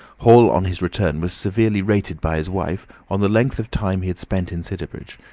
hall on his return was severely rated by his wife on the length of time he had spent in sidderbridge,